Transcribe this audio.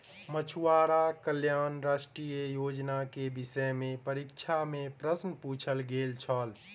मछुआरा कल्याण राष्ट्रीय योजना के विषय में परीक्षा में प्रश्न पुछल गेल छल